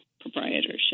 proprietorship